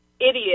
idiot